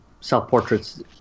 self-portraits